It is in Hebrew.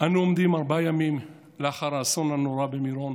אנו עומדים ארבעה ימים לאחר האסון הנורא במירון